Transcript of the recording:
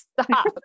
stop